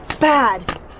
Bad